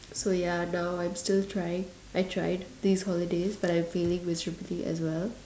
so ya now I'm still trying I tried this holiday but I'm failing miserably as well